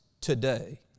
today